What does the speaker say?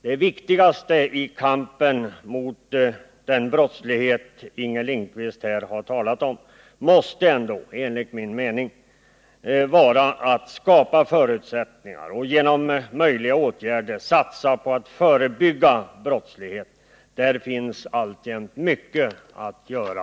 Det viktigaste i kampen mot den brottslighet som Inger Lindquist här har talat om måste ändå enligt min mening vara att skapa förutsättningar och genom möjliga åtgärder satsa på att förebygga brottslighet. Där finns alltjämt mycket att göra.